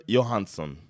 Johansson